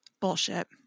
Bullshit